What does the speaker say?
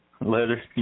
Later